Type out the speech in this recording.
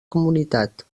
comunitat